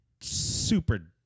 super